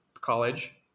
college